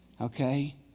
okay